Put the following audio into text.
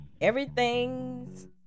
Everything's